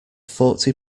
forty